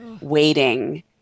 waiting